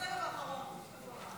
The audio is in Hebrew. בסבב האחרון.